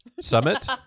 summit